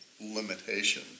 limitation